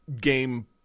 Game